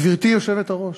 גברתי היושבת-ראש,